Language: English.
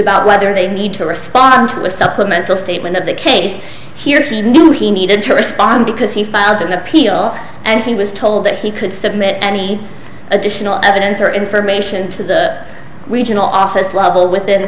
about whether they need to respond to a supplemental statement of the case here she knew he needed to respond because he filed an appeal and he was told that he could submit any additional evidence or information to the regional office level within